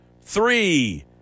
three